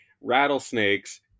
rattlesnakes